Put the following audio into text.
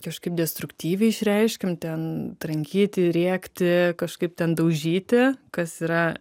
kažkaip destruktyviai išreiškiam ten trankyti rėkti kažkaip ten daužyti kas yra